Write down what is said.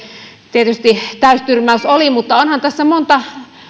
tietysti täystyrmäys oli mutta onhan tässä monta